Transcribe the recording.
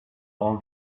all